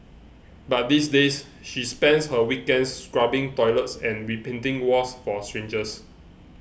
but these days she spends her weekends scrubbing toilets and repainting walls for strangers